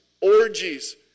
orgies